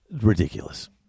ridiculous